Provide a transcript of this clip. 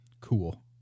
Cool